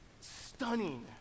stunning